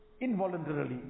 involuntarily